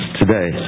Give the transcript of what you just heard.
today